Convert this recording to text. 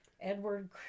Edward